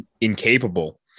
incapable